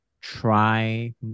try